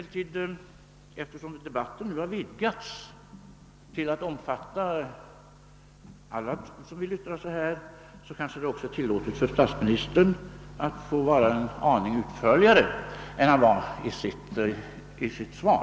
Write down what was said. Eftersom debatten nu har vidgats till att omfatta alla som vill yttra sig, kanske det också är tillåtet för statsministern att vara en aning utförligare än han var i sitt svar.